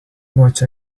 what